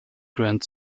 grant